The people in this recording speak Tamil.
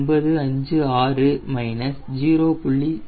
956 0